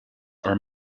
are